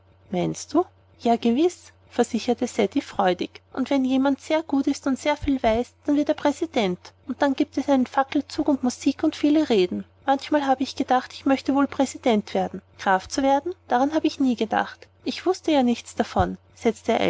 meinst du ja gewiß versicherte ceddie freudig wenn jemand sehr gut ist und sehr viel weiß dann wird er präsident dann gibt es einen fackelzug und musik und viele reden manchmal habe ich gedacht ich möchte wohl präsident werden graf zu werden daran habe ich nie gedacht ich wußte ja nichts davon setzte